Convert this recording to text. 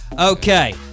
okay